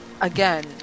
Again